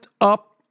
up